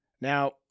Now